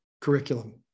curriculum